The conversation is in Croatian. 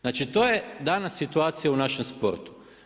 Znači to je danas situacija u našem sportu.